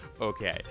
okay